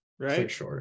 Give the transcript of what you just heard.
Right